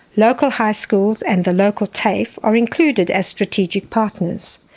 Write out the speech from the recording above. local high schools and the local tafes are included as strategic partners.